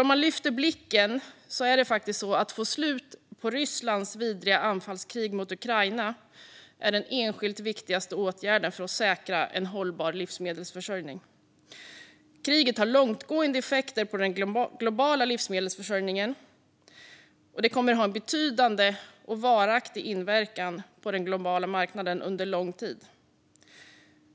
Om man lyfter blicken är den enskilt viktigaste åtgärden för att säkra en hållbar livsmedelsförsörjning det att få slut på Rysslands vidriga anfallskrig mot Ukraina. Kriget har långtgående effekter på den globala livsmedelsförsörjningen, och det kommer att ha en betydande och varaktig inverkan på den globala marknaden under lång tid.